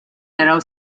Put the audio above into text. naraw